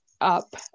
up